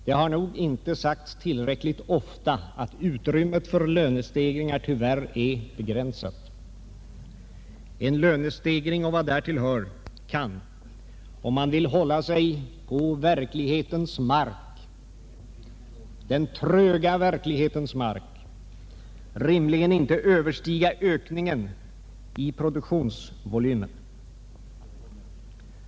Det har nog inte sagts tillräckligt ofta att utrymmet för lönestegringar tyvärr är begränsat. En lönestegring med vad därtill hör kan, om man vill hålla sig på den tröga verklighetens mark, uppenbarligen inte överstiga ökningen i produktionsvolymen.